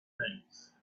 things